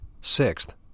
Sixth